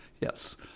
Yes